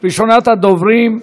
ראשונת הדוברים,